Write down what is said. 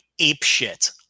apeshit